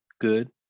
good